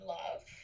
love